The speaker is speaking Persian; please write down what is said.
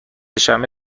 شنبه